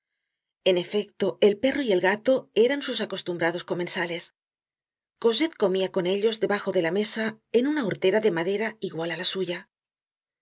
en efecto el perro y el gato eran sus acostumbrados comensales cosette comia con ellos debajo de la mesa en una hortera de madera igual á la suya